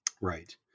Right